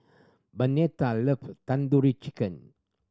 Bernetta love Tandoori Chicken